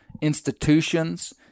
institutions